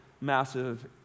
massive